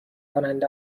کننده